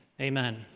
amen